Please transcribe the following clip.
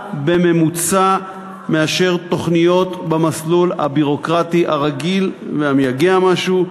בממוצע מתוכניות במסלול הביורוקרטי הרגיל והמייגע משהו,